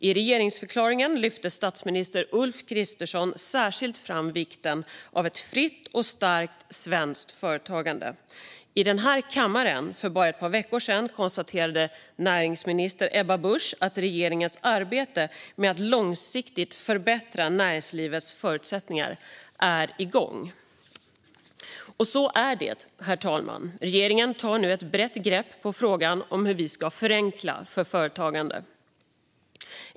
I regeringsförklaringen lyfte statsminister Ulf Kristersson särskilt fram vikten av ett fritt och starkt svenskt företagande. I den här kammaren konstaterade näringsminister Ebba Busch för bara ett par veckor sedan att regeringens arbete med att långsiktigt förbättra näringslivets förutsättningar är igång. Och så är det, herr talman. Regeringen tar nu ett brett grepp om frågan hur vi ska förenkla för företagande.